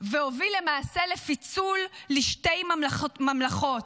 והוביל למעשה לפיצול לשתי ממלכות,